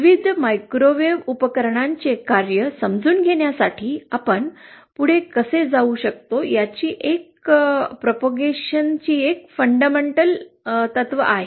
विविध मायक्रोवेव्ह उपकरणांचे कार्य समजून घेण्यासाठी आपण पुढे कसे जाऊ शकतो याची ही एक प्रकारची मूलभूत तत्त्वे आहेत